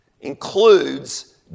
includes